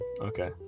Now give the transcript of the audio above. Okay